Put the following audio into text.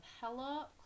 hella